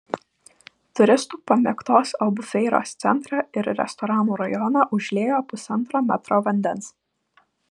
turistų pamėgtos albufeiros centrą ir restoranų rajoną užliejo pusantro metro vandens